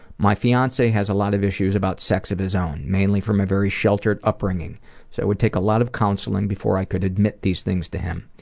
my fiance has a lot of issues about sex of his own, mainly from a very sheltered upbringing so it would take a lot of counseling before i could admit these things to him.